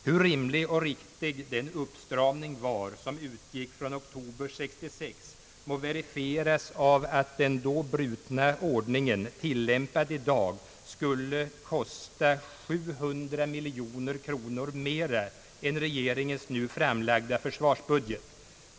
Hur rimlig och riktig den uppstramning var som utgick från oktober 1966 må verifieras av att den då brutna ordningen, tillämpad i dag, skulle kosta 700 miljoner kronor mera än regeringens nu framlagda försvarsbudget.